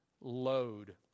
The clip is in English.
load